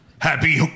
Happy